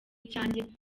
icyanjye